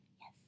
Yes